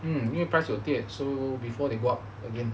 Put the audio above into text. mm 因为 price 有跌 so before they go up again